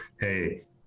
Hey